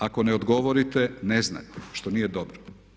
Ako ne odgovorite ne znate što nije dobro.